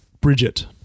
Bridget